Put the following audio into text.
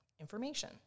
information